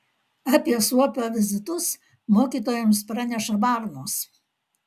apie suopio vizitus mokytojams praneša varnos